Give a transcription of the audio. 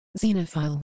Xenophile